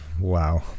Wow